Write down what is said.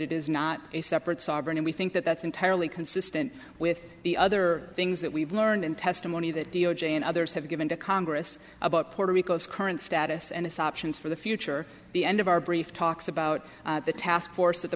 it is not a separate sovereign and we think that that's entirely consistent with the other things that we've learned and testimony that d o j and others have given to congress about puerto rico's current status and its options for the future the end of our brief talks about the task force that the